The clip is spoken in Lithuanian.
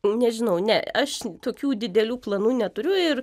nežinau ne aš tokių didelių planų neturiu ir